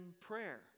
prayer